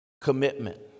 Commitment